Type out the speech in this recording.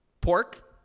pork